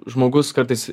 žmogus kartais